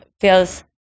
feels